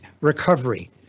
recovery